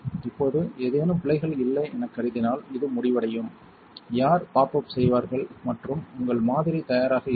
இப்போது ஏதேனும் பிழைகள் இல்லை எனக் கருதினால் இது முடிவடையும் யார் பாப் அப் செய்வார்கள் மற்றும் உங்கள் மாதிரி தயாராக இருக்கும்